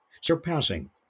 surpassing